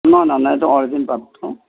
নহয় নহয় নহয় এইটো অৰ্জিন পাটটো